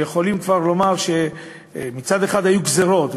כשאפשר כבר לומר שמצד אחד היו גזירות,